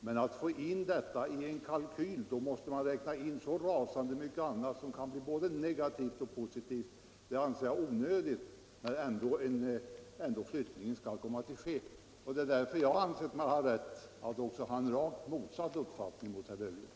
Men att ta in det i en kalkyl — och då bli tvungen att räkna in också rasande mycket annat, som kan bli både positivt och negativt — anser jag vara onödigt när flyttningen nu ändå är bestämd. Och därför anser jag mig ha rätt att ge uttryck för en rakt motsatt uppfattning mot herr Löfgren.